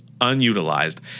unutilized